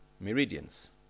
meridians